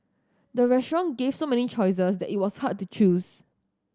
the restaurant gave so many choices that it was hard to choose